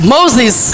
Moses